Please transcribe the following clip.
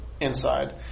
inside